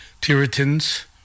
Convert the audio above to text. Puritans